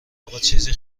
آقاچیزی